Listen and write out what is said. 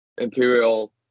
Imperial